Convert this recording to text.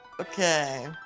Okay